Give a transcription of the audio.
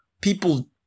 People